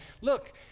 look